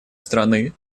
страны